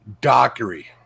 Dockery